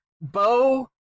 Bo